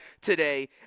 today